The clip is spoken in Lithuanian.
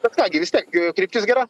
bet ką gi vis tiek kryptis gera